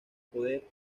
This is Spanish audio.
poder